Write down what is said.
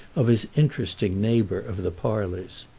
of his interesting neighbour of the parlours.